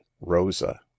rosa